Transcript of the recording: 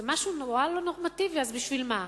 זה משהו נורא לא נורמטיבי, אז בשביל מה?